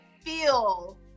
feel